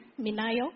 Minayo